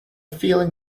feeling